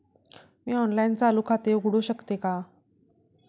मी online चालू खाते उघडू शकते का?